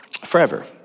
forever